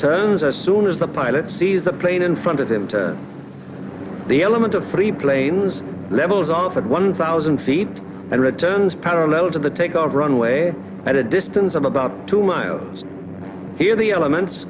turns as soon as the pilot sees the plane in front of him to the element of three planes levels off at one thousand feet and returns parallel to the takeoff runway at a distance of about two miles in the elements